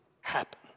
happen